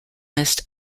list